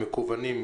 המקוונים,